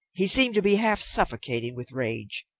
he seemed to be half suffocating with rage.